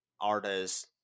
artists